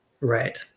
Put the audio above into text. Right